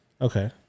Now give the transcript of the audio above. Okay